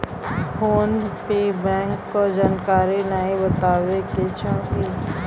phone पे bank क जानकारी नाहीं बतावे के चाही